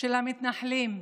של המתנחלים,